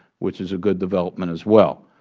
which is a good development as well.